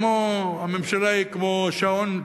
הממשלה היא כמו שעון,